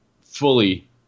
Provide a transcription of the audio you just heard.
fully